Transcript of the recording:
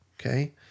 okay